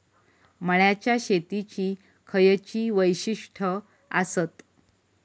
मळ्याच्या शेतीची खयची वैशिष्ठ आसत?